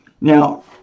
Now